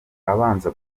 abanza